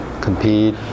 compete